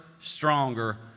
stronger